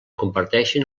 comparteixen